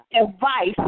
advice